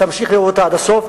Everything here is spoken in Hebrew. תמשיך לאהוב אותה עד הסוף,